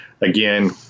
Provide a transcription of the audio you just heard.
Again